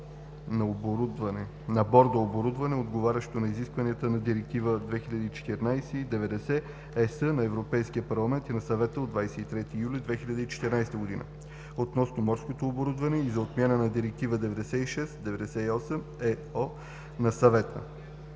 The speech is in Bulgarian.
на борда оборудване, отговарящо на изискванията на Директива 2014/90/ЕС на Европейския парламент и на Съвета от 23 юли 2014 г. относно морското оборудване и за отмяна на Директива 96/98/ЕО на Съвета